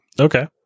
Okay